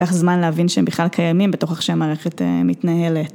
לקח זמן להבין שהם בכלל קיימים בתוך איך שהמערכת מתנהלת.